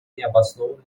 необоснованные